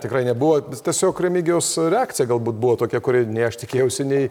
tikrai nebuvo tiesiog remigijaus reakcija galbūt buvo tokia kuri nei aš tikėjausi nei